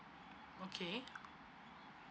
okay